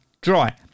Dry